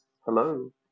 hello